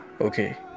Okay